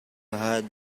had